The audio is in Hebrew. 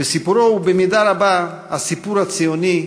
וסיפורו הוא במידה רבה הסיפור הציוני,